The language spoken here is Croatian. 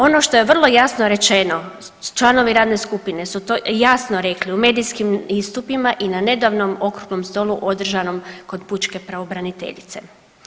Ono što je vrlo jasno rečeno članovi radne skupine su to jasno rekli u medijskim istupima i na nedavnom okruglom stolu održanom kod pučke pravobraniteljice.